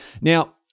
Now